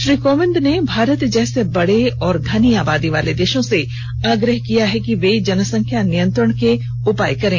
श्री कोविंद ने भारत जैसे बेड़े और घनी आबादी वाले देशों से आग्रह किया कि वे जनसंख्या नियंत्रण के उपाय करें